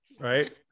Right